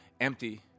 empty